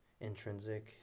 Intrinsic